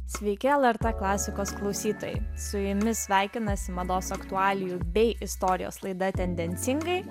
sveiki lrt klasikos klausytojai su jumis sveikinasi mados aktualijų bei istorijos laida tendencingai